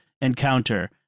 encounter